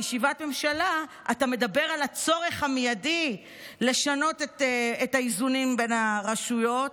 בישיבת ממשלה אתה מדבר על הצורך המיידי לשנות את האיזונים בין הרשויות